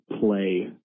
play